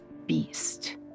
Beast